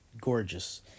gorgeous